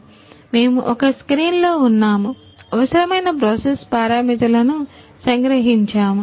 కాబట్టి మేము ఒక స్క్రీన్లో ఉన్నాము అవసరమైన ప్రాసెస్ పారామితులను సంగ్రహించాము